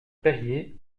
perier